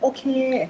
Okay